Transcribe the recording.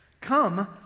come